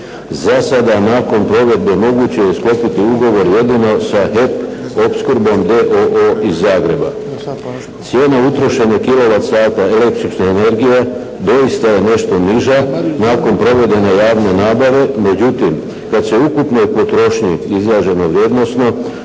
Za sada nakon provedbe moguće je sklopiti ugovor jedino sa HEP opskrbom d.o.o. iz Zagreba. Cijena utrošene kilovat sata električne energije doista je nešto niža, nakon provedene javne nabave, međutim kad se u ukupnoj potrošnji izraženo vrijednosno